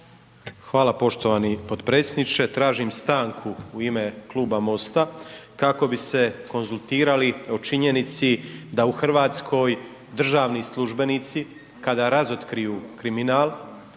Hvala poštovani potpredsjedniče. Tražim stanku u ime Kluba MOST-a kako bi se konzultirali o činjenici da u Hrvatskoj državni službenici, kada razotkriju kriminal